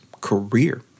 career